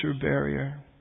barrier